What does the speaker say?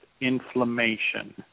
inflammation